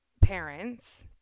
parents